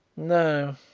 no,